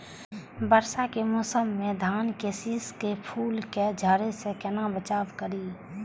वर्षा के मौसम में धान के शिश के फुल के झड़े से केना बचाव करी?